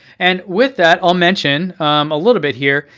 and with that i'll mention a little bit here.